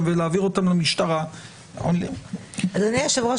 ולהעביר אותם למשטרה --- אדוני היושב-ראש,